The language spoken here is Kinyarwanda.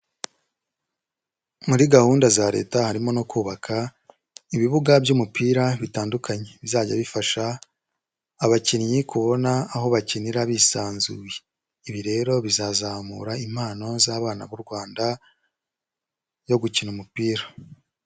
Muri gahunda za Leta harimo no kubaka ibibuga by'umupira bitandukanye, bizajya bifasha abakinnyi kubona aho bakinira bisanzuye, ibi rero bizazamura impano z'abana b'u Rwanda yo gukina umupira.